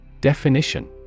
Definition